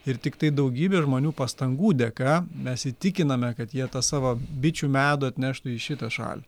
ir tiktai daugybė žmonių pastangų dėka mes įtikiname kad jie tą savo bičių medų atneštų į šitą šalį